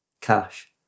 Cash